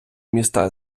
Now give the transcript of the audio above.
міста